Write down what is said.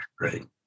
right